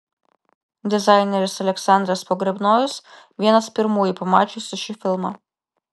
dizaineris aleksandras pogrebnojus vienas pirmųjų pamačiusių šį filmą